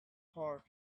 heart